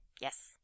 Yes